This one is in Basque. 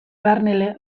barne